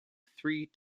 three